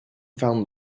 found